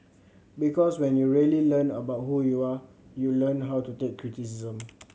because when you really learn about who you are you learn how to take criticism